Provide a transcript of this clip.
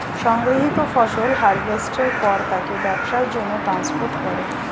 সংগৃহীত ফসল হারভেস্টের পর তাকে ব্যবসার জন্যে ট্রান্সপোর্ট করে